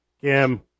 Kim